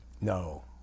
No